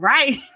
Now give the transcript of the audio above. Right